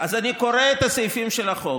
אז אני קורא את הסעיפים של החוק,